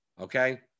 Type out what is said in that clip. Okay